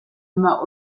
immer